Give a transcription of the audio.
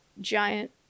giant